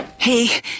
Hey